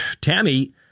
Tammy